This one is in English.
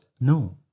No